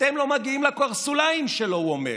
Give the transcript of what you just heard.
אתם לא מגיעים לקרסוליים שלו, הוא אומר.